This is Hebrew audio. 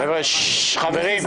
חברים, שקט.